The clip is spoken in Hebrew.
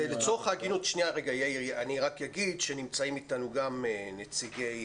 לצורך ההגינות אני רק אגיד שנמצאים איתנו גם נציגי